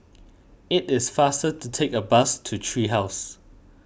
it is faster to take the bus to Tree House